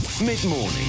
Mid-morning